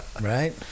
right